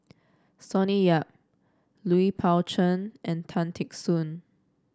Sonny Yap Lui Pao Chuen and Tan Teck Soon